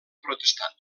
protestant